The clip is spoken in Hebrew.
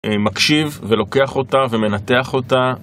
מקשיב ולוקח אותה ומנתח אותה